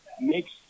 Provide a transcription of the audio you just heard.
makes